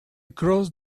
crossed